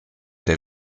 der